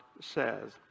says